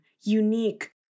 unique